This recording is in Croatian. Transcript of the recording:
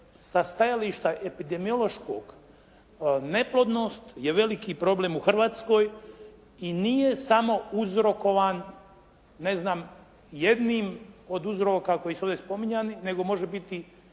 sa stajališta epidemiološkog neplodnost je veliki problem u Hrvatskoj i nije samo uzrokovan ne znam jednim od uzroka koji su ovdje spominjani nego može biti